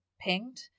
pinged